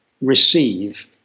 receive